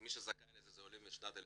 מי שזכאי אלה עולים משנת 1989,